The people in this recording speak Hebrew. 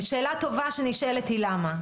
ושאלה טובה שנשאלת היא למה.